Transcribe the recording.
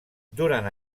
durant